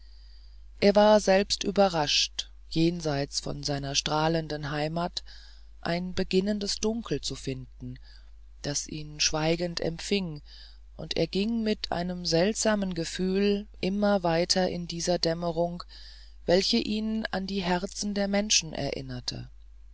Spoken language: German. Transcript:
er war selbst überrascht jenseits von seiner strahlenden heimat ein beginnendes dunkel zu finden das ihn schweigend empfing und er ging mit einem seltsamen gefühl immer weiter in dieser dämmerung welche ihn an die herzen der menschen erinnerte